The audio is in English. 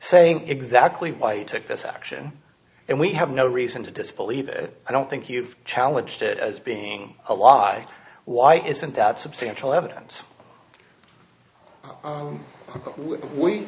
saying exactly why it took this action and we have no reason to disbelieve it i don't think you've challenged it as being a lie why isn't that substantial evidence